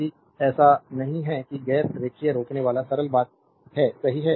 यदि ऐसा नहीं है कि गैर रेखीय रोकनेवाला सरल बात है सही है